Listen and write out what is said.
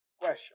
question